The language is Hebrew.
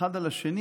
אחד על השני,